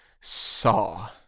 saw